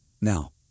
Now